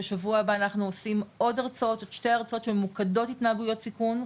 בשבוע הבא אנחנו עושים עוד שתי הרצאות שממוקדות התנהגויות סיכון,